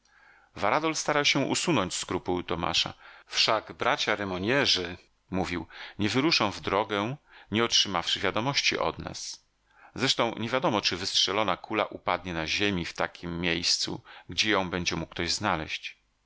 została varadol starał się usunąć skrupuły tomasza wszak bracia remognerzy mówił nie wyruszą w drogę nie otrzymawszy wiadomości od nas zresztą nie wiadomo czy wystrzelona kula upadnie na ziemi w takiem miejscu gdzie ją będzie mógł ktoś znaleść